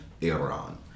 Iran